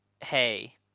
hey